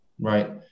Right